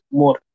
more